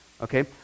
okay